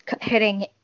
hitting